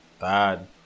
Bad